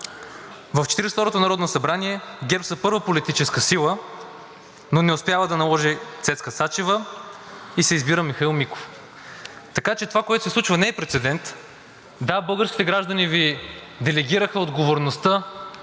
и второто народно събрание ГЕРБ е първа политическа сила, но не успява да наложи Цецка Цачева и се избира Михаил Миков, така че това, което се случва, не е прецедент. Да, българските граждани Ви делегираха отговорността